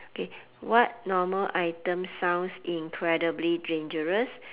okay what normal items sounds incredibly dangerous